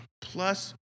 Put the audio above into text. Plus